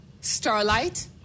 starlight